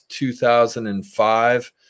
2005